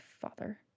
father